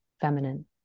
feminine